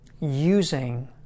using